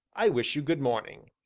i wish you good morning!